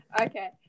Okay